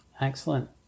Excellent